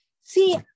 See